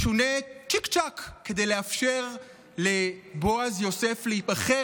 משונה צ'יק-צ'ק כדי לאפשר לבועז יוסף להיבחר